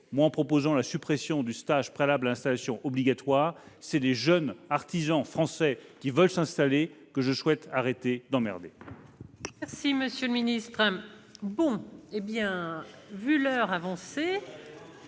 En proposant la suppression du stage préalable à l'installation obligatoire, ce sont les jeunes artisans français qui veulent s'installer que je souhaite arrêter d'emmerder.